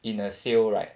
in a sale right